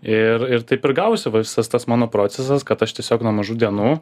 ir ir taip ir gavosi va visas tas mano procesas kad aš tiesiog nuo mažų dienų